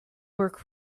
work